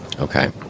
Okay